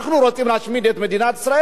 אנחנו רוצים להשמיד את מדינת ישראל.